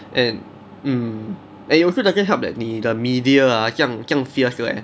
and mm and it also doesn't help 你的 media ah 这样这样 fierce leh